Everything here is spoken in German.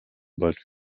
bald